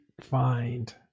find